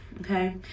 okay